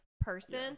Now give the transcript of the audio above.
person